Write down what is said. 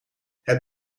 het